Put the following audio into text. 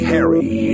Harry